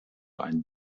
ein